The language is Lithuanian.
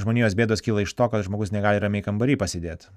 žmonijos bėdos kyla iš to kad žmogus negali ramiai kambary pasėdėt